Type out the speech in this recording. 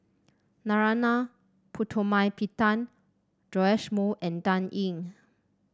Narana Putumaippittan Joash Moo and Dan Ying